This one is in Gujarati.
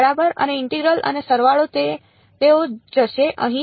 બરાબર અને ઇન્ટિગરલ અને સરવાળો તેઓ જશે નહીં